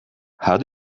how